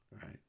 right